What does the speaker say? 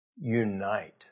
Unite